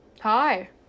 hi